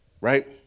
Right